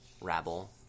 Rabble